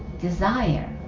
desire